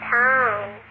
time